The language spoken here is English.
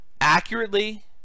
accurately